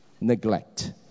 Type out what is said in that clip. Neglect